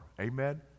amen